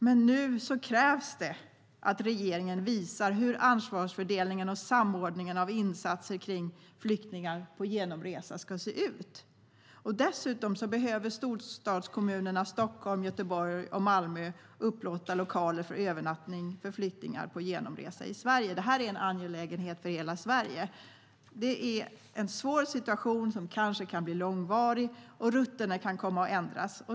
Men nu krävs det att regeringen visar hur ansvarsfördelningen av insatser för flyktingar på genomresa ska se ut. Dessutom behöver storstadskommunerna Stockholm, Göteborg och Malmö upplåta lokaler för övernattning för flyktingar på genomresa i Sverige. Det här är en angelägenhet för hela Sverige. Det är en svår situation som kanske kan bli långvarig, och rutterna kan komma att ändras.